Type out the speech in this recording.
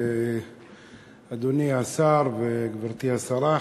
אדוני השר וגברתי השרה,